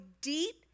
deep